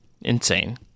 insane